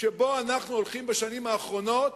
שבו אנחנו הולכים בשנים האחרונות,